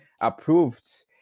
approved